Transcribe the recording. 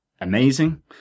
amazing